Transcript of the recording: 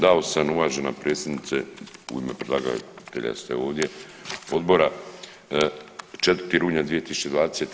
Dao sam uvažena predsjednice, u ime predlagatelja ste ovdje odbora, 4. rujna 2020.